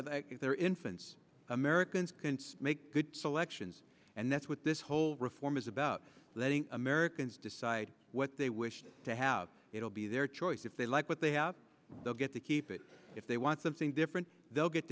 like they're infants americans can make good selections and that's what this whole reform is about letting americans decide what they wish to have it will be their choice if they like what they have they'll get to keep it if they want something different they'll get